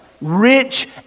Rich